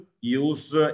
use